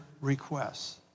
requests